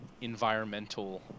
environmental